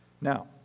Now